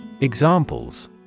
EXAMPLES